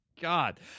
god